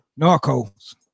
Narcos